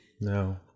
No